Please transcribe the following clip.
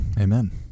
Amen